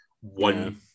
one